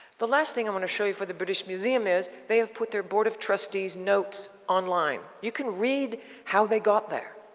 the last thing i want to show you for the british museum is they have put their board of trustees notes online. you can read how they got there.